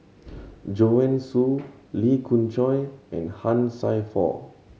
Joanne Soo Lee Khoon Choy and Han Sai Por